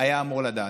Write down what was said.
היה אמור לדעת.